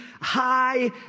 high